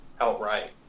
outright